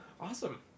Awesome